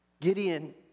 Gideon